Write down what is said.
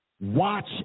watch